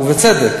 ובצדק.